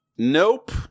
Nope